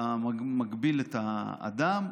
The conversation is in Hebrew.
אתה מגביל את האדם.